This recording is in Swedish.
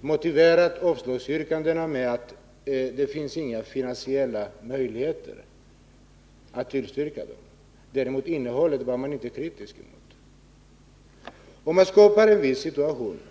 motiveras avslagsyrkandena med att det inte finns finansiella möjligheter, även om man inte är kritisk till innehållet.